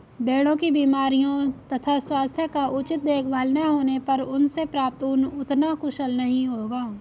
भेड़ों की बीमारियों तथा स्वास्थ्य का उचित देखभाल न होने पर उनसे प्राप्त ऊन उतना कुशल नहीं होगा